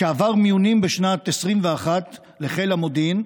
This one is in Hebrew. שעבר מיונים בשנת 2021 לחיל המודיעין,